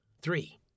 Three